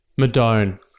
Madone